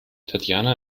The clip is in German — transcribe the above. tatjana